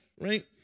right